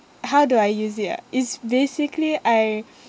how do I use it ah is basically I